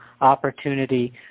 opportunity